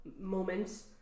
moments